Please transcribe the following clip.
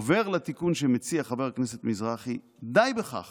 עובר לתיקון שמציע חבר הכנסת מזרחי, די בכך